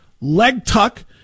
leg-tuck